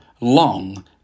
long